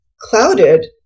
clouded